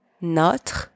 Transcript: Notre